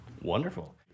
Wonderful